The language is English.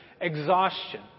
Exhaustion